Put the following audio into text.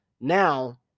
Now